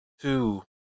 two